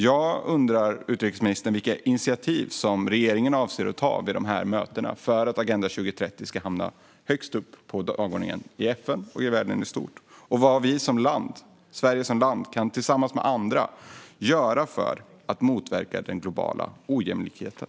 Jag undrar, utrikesministern, vilka initiativ regeringen avser att ta vid de här mötena för att Agenda 2030 ska hamna högst upp på dagordningen i FN och i världen i stort. Och vad kan Sverige som land tillsammans göra för att motverka den globala ojämlikheten?